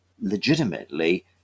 legitimately